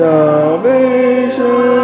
Salvation